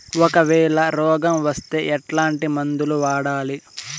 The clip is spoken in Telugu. ఒకవేల రోగం వస్తే ఎట్లాంటి మందులు వాడాలి?